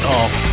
off